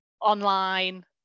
online